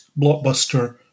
blockbuster